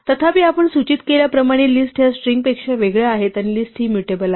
तथापि आपण सूचित केल्याप्रमाणे लिस्ट ह्या स्ट्रिंगपेक्षा वेगळ्या आहेत आणि लिस्ट हि म्यूटेबल आहे